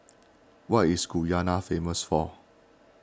what is Guyana famous for